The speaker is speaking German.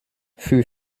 für